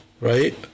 right